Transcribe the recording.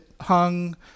hung